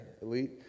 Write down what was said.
elite